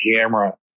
camera